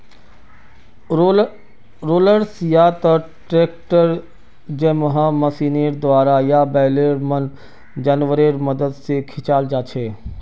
rollers या त tractor जैमहँ मशीनेर द्वारा या बैलेर मन जानवरेर मदद से खींचाल जाछे